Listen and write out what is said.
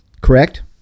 Correct